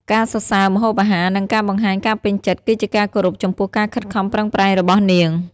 ការសរសើរម្ហូបអាហារ និងការបង្ហាញការពេញចិត្ត គឺជាការគោរពចំពោះការខិតខំប្រឹងប្រែងរបស់នាង។